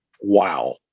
wow